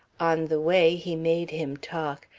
on the way he made him talk,